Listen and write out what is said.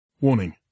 Warning